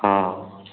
ହଁ